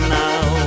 now